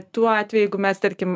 tuo atveju jeigu mes tarkim